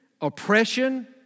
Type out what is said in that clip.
oppression